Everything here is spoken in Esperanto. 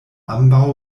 ambaŭ